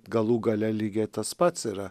galų gale lygiai tas pats yra